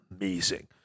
amazing